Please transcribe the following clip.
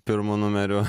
pirmu numeriu